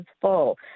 full